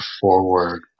forward